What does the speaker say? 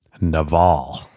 Naval